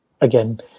Again